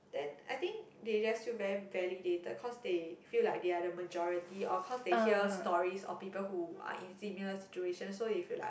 then I think they just feel very validated cause they feel like their the majority or cause they hear stories of people who are in similar situation so if you're like